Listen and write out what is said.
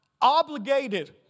obligated